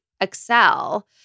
Excel